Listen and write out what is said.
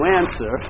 answer